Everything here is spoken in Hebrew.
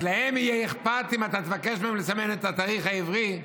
אז להם יהיה אכפת אם אתה תבקש מהם לסמן את התאריך העברי?